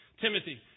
Timothy